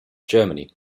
germany